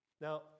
Now